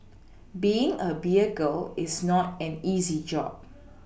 being a beer girl is not an easy job